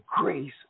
grace